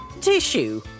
tissue